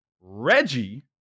Reggie